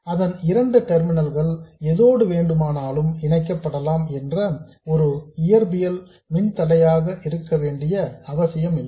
அதன் 2 டெர்மினல்ஸ் எதோடு வேண்டுமானாலும் இணைக்கப்படலாம் என்ற ஒரு இயற்பியல் மின்தடையமாக இருக்க வேண்டிய அவசியம் இல்லை